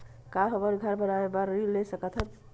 का हमन घर बनाए बार ऋण ले सकत हन?